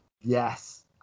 Yes